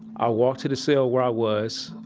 i walked to the cell where i was,